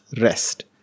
rest